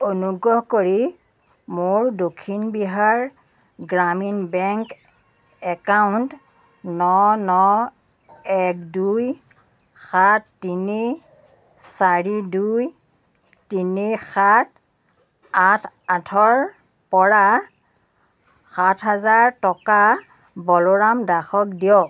অনুগ্ৰহ কৰি মোৰ দক্ষিণ বিহাৰ গ্ৰামীণ বেংক একাউণ্ট ন ন এক দুই সাত তিনি চাৰি দুই তিনি সাত আঠ আঠৰপৰা সাতহাজাৰ টকা বলোৰাম দাসক দিয়ক